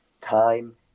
time